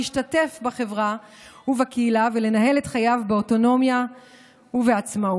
להשתתף בחברה ובקהילה ולנהל את חייו באוטונומיה ובעצמאות.